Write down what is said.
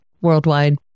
worldwide